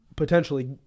Potentially